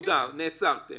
אתם